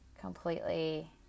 completely